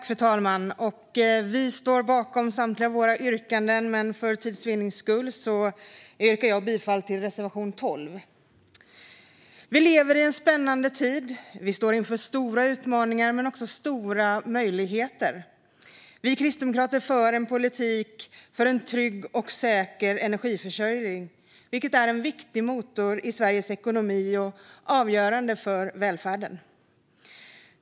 Fru talman! Vi i Kristdemokraterna står bakom samtliga våra yrkanden, men för tids vinnande yrkar jag bifall endast till reservation 12. Vi lever i en spännande tid. Vi står inför stora utmaningar men också stora möjligheter. Kristdemokraterna för en politik för en trygg och säker energiförsörjning, vilket är en viktig motor i Sveriges ekonomi och avgörande för välfärden.